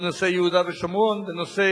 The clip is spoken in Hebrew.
בנושאי יהודה ושומרון, בנושא